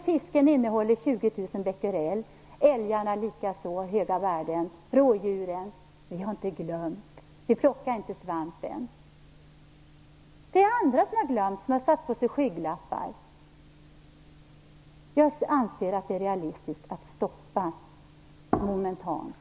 Fisken innehåller 20 000 becquerell och älgarna har höga värden liksom rådjuren. Vi plockar inte svamp än. Vi har inte glömt. Det är andra som har glömt och som har satt på sig skygglappar. Jag anser att det är realistiskt att stoppa kärnkraften momentant.